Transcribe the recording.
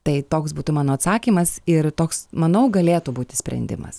tai toks būtų mano atsakymas ir toks manau galėtų būti sprendimas